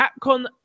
Capcom